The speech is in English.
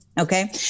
Okay